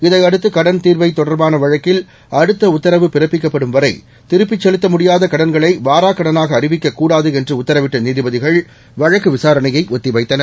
இதையடுத்து கடன் தீர்வை தொடர்பான வழக்கில் அடுத்த உத்தரவு பிறப்பிக்கப்படும் வரை திருப்பிச் செலுத்த முடியாத கடன்களை வாராக் கடனாக அறிவிக்கக் கூடாது என்று உத்தரவிட்ட நீதிபதிகள் வழக்கு விசாரணையை ஒத்திவைத்தனர்